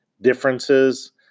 differences